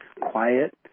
quiet